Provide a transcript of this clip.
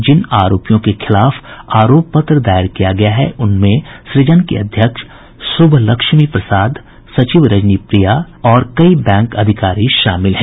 जिन अरोपियों के खिलाफ आरोप पत्र दायर किया गया है उनमें सुजन की अध्यक्ष शुभलक्ष्मी प्रसाद सचिव रजनी प्रिया के साथ साथ कई बैंक अधिकारी भी शामिल हैं